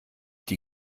die